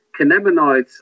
cannabinoids